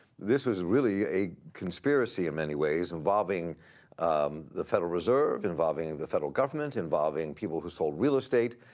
this was really a conspiracy in many ways involving the federal reserve, involving the federal government, involving people who sold real estate,